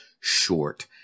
short